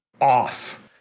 off